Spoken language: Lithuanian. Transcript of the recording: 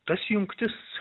tas jungtis